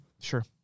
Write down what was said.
Sure